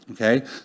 Okay